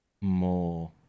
more